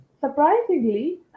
surprisingly